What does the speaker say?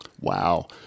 Wow